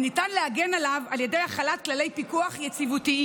וניתן להגן מפניו על ידי החלת כללי פיקוח יציבותיים.